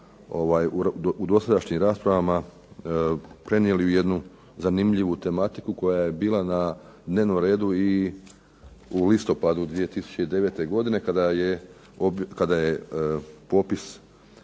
u dosadašnjim raspravama prenijeli u jednu zanimljivu tematiku koja je bila na dnevnom redu u listopadu 2009. godine kada je popis